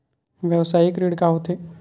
व्यवसायिक ऋण का होथे?